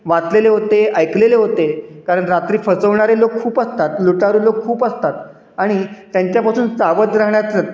वाचलेले होते ऐकलेले होते कारण रात्री फसवणारे लोक खूप असतात लुटारू लोक खूप असतात आणि त्यांच्यापासून सावध राहण्याचं